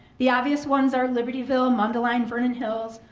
the obvious ones are libertyville, mundiline, vernon hills,